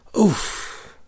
Oof